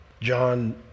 John